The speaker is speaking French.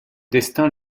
destin